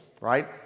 right